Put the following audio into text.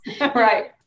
Right